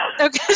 Okay